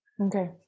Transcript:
Okay